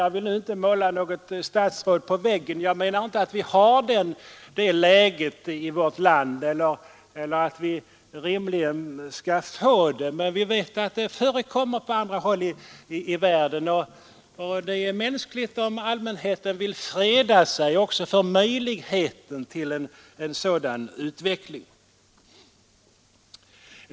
Jag vill nu inte måla något statsråd på väggen. Jag menar inte att vi har det läget i vårt land eller att vi rimligen skall få det, men vi vet att det förekommer på andra håll ute i världen, och det är mänskligt om allmänheten vill freda sig också för möjligheten till en sådan utveckling.